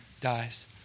dies